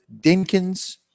Dinkins